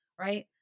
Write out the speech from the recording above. right